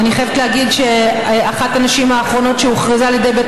אני חייבת להגיד שאחת הנשים האחרונות שהוכרזה על ידי בית